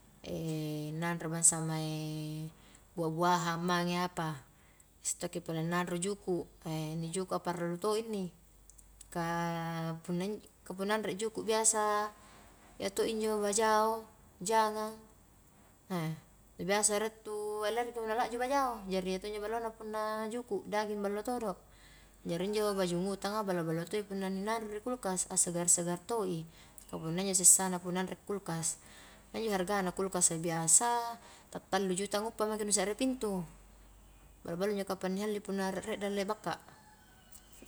nanro bangsa mae buah-buahan mange apa, biasa tokki pole nanro juku' inni jukua parallu to inni, ka punna injo, ka punna anre juku biasa, iya to injo bajao, jangang, na biasa rie tu elergi mo na lajju bajao, jari iya to injo ballona punna juku daging ballo todo, jari injo bajung utanga ballo-ballo toi punna ni nanro rikulkas, a segar-segar to i, ka punna injo sessana punna anre kulkas, iya injo haragana kulkas a biasa, ta tallu juta nguppa maki nu sekre, pintu, ballo-ballo injo kapang ni halli punna rie-rie dalle bakka.